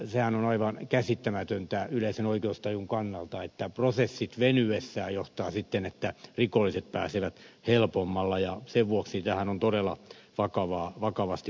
sehän on aivan käsittämätöntä yleisen oikeustajun kannalta että prosessit venyessään johtavat sitten siihen että rikolliset pääsevät helpommalla ja sen vuoksi tähän on todella vakavasti puututtava